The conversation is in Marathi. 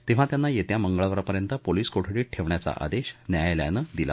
तेव्हा त्यांना येत्या मंगळवारपर्यंत पोलिस कोठडीत ठेवण्याचा आदेश न्यायालयानं दिला